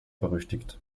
berüchtigt